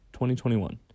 2021